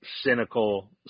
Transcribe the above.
cynical